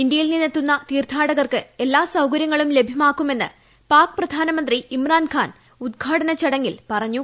ഇന്ത്യയിൽ നിന്നെത്തുന്ന തീർത്ഥാടകർക്ക് എല്ലാ സൌകര്യങ്ങളും ലഭ്യമാക്കുമെന്ന് പാക് പ്രധാനമന്ത്രി ഇമ്രാൻഖാൻ ഉദ്ഘാടന ചടങ്ങിൽ പറഞ്ഞു